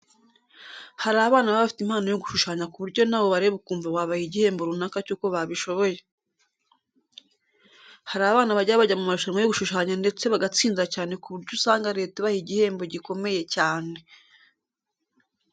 Hari abana baba bafite impano yo gushushanya ku buryo nawe ubareba ukumva wabaha igihembo runaka cy'uko babishoboye. Hari abana bajya bajya mu marushanwa yo gushushanya ndetse bagatsinda cyane ku buryo usanga Leta ibaha igihembo gikomeye cyane.